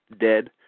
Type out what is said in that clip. Dead